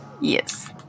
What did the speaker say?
Yes